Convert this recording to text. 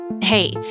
Hey